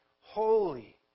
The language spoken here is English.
holy